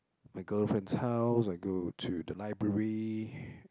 my girlfriend's house I go to the library